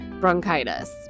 bronchitis